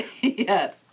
Yes